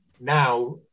now